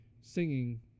singing